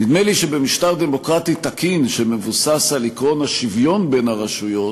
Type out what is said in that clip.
נדמה לי שבמשטר דמוקרטי תקין שמבוסס על עקרון השוויון בין הרשויות,